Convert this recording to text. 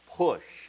push